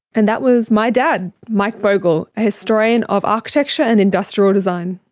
and that was my dad mike bogle, a historian of architecture and industrial design